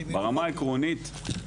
ברמה העקרונית,